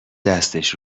دستش